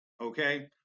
Okay